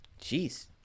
jeez